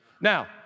Now